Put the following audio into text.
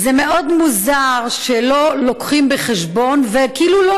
זה מאוד מוזר שלא מביאים בחשבון וכאילו לא